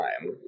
time